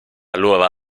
allora